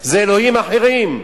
זה אלוהים אחרים,